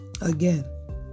Again